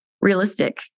realistic